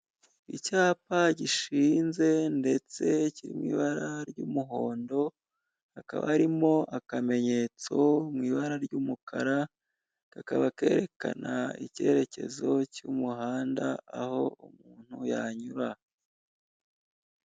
Icyapa gishinze ndetse kiri mu ibara ry'umuhondo, hakaba harimo akamenyetso mu ibara ry'umukara, kakaba kerekana icyerekezo cy'umuhanda, aho umuntu yanyura.